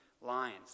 lines